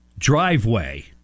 driveway